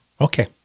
Okay